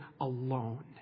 alone